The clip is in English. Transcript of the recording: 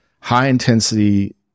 high-intensity